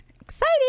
exciting